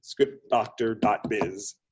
ScriptDoctor.biz